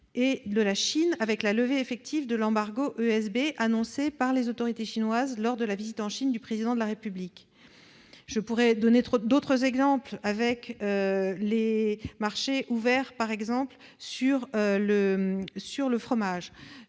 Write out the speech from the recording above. Sud ou la Chine, avec la levée effective de l'embargo ESB annoncé par les autorités chinoises lors de la visite en Chine du Président de la République. Je pourrais aussi citer des exemples de marchés ouverts sur le fromage.